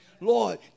Lord